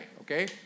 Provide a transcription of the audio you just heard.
okay